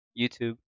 YouTube